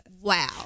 Wow